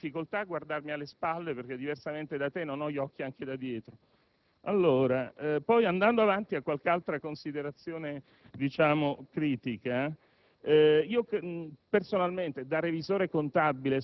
Io parlo *erga omnes*, verso tutti; poi ho difficoltà a guardarmi alle spalle perché, diversamente da te, non ho gli occhi anche da dietro. Passando a qualche altra considerazione critica,